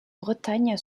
bretagne